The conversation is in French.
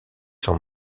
son